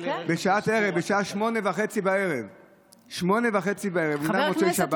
בשעה 20:30. 20:30. אומנם מוצאי שבת,